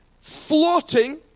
floating